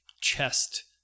chest